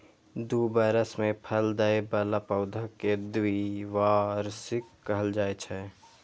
दू बरस मे फल दै बला पौधा कें द्विवार्षिक कहल जाइ छै